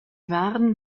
waren